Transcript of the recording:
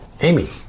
Amy